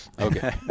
Okay